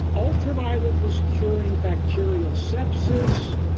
ultraviolet was curing bacterial sepsis,